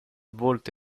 volto